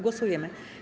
Głosujemy.